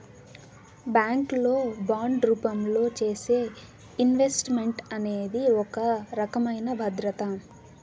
bank లో bond రూపంలో చేసే ఇన్వెస్ట్ మెంట్ అనేది ఒక రకమైన భద్రత